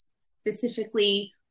specifically